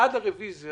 בעד הרוויזיה